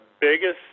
biggest